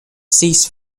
cease